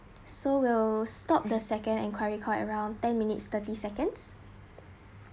so we'll stop the second inquiry call around ten minutes thirty seconds